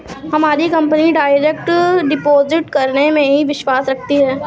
हमारी company direct deposit करने में ही विश्वास रखती है